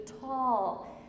tall